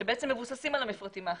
שמבוססים על המפרטים האחידים,